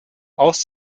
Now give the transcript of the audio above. aus